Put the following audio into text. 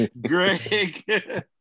Greg